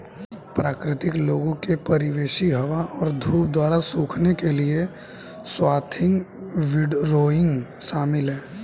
प्राकृतिक लोगों के परिवेशी हवा और धूप द्वारा सूखने के लिए स्वाथिंग विंडरोइंग शामिल है